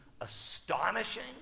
astonishing